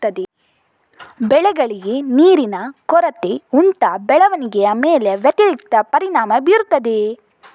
ಬೆಳೆಗಳಿಗೆ ನೀರಿನ ಕೊರತೆ ಉಂಟಾ ಬೆಳವಣಿಗೆಯ ಮೇಲೆ ವ್ಯತಿರಿಕ್ತ ಪರಿಣಾಮಬೀರುತ್ತದೆಯೇ?